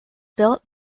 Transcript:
built